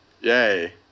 Yay